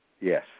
Yes